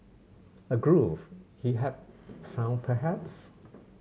a groove he had found perhaps